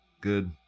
Good